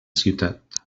ciutat